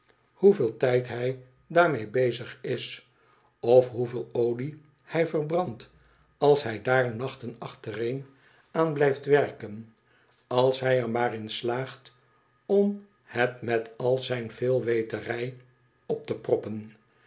hoeveel tijd hij daarmee bezig is of hoeveel olie hij verbrandt als hij daar nachten achtereen aan blijft werken als hij er maar in slaagt om het met al zijn veelweterij op te proppen